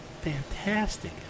Fantastic